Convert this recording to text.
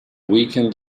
weekend